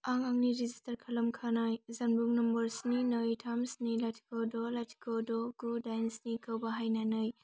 आं आंनि रेजिस्टार खालामखानाय जानबुं नम्बर स्नि नै थाम स्नि लाथिख' द लाथिख' द गु दाइन स्निखौ बाहायनानै